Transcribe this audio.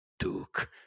Duke